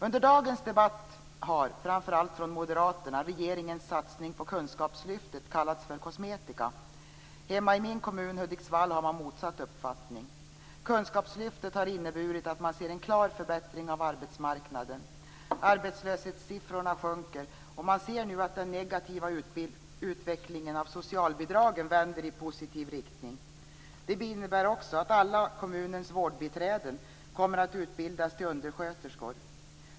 Under dagens debatt har, framför allt från moderaterna, regeringens satsning på kunskapslyftet kallats för kosmetika. Hemma i min kommun, Hudiksvall, har man motsatt uppfattning. Kunskapslyftet har inneburit att man ser en klar förbättring av arbetsmarknaden. Arbetslöshetssiffrorna sjunker, och man ser nu att den negativa utvecklingen av socialbidragen vänder i positiv riktning. Det innebär också att alla kommunens vårdbiträden kommer att utbildas till undersköterskor.